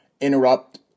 interrupt